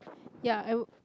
ya I would